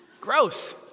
Gross